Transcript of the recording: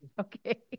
Okay